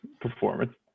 performance